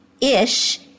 ish